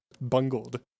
Bungled